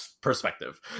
perspective